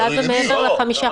אז זה מעבר לחמישה חודשים.